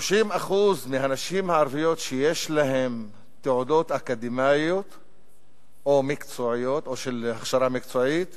30% מהנשים הערביות שיש להן תעודות אקדמיות או של הכשרה מקצועית